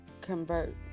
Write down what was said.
convert